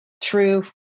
true